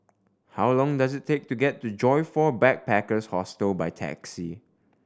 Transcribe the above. how long does it take to get to Joyfor Backpackers' Hostel by taxi